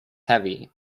heavy